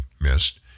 missed